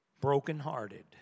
brokenhearted